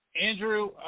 Andrew